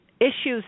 issues